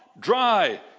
dry